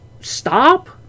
stop